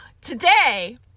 today